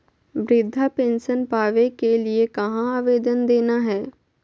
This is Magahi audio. वृद्धा पेंसन पावे के लिए कहा आवेदन देना है?